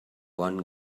one